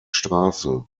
straße